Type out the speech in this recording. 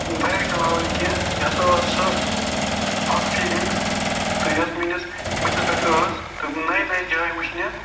bike چَلاوٕنۍ کیٚنٛہہ یہِ ہسا ٲس سۅ اَکھ فیٖلِنٛگ تہٕ یۄس میٛٲنِس بٔتھِس پٮ۪ٹھ ٲسۍ تہٕ نٔوۍ نٔوۍ جایہِ وُچھنہِ